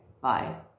bye